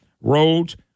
roads